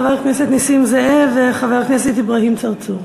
חבר הכנסת נסים זאב וחבר הכנסת אברהים צרצור.